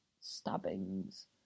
stabbings